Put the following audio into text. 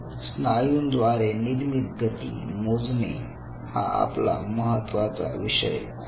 स्नायूद्वारे निर्मीत गती मोजणे हा आपला महत्त्वाचा विषय आहे